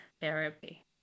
therapy